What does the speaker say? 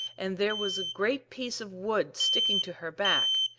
and there was a great piece of wood sticking to her back,